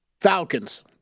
Falcons